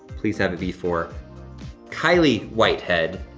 please have it be for kylie whitehead.